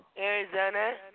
Arizona